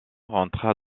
rentra